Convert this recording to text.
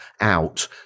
out